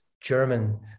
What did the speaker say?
German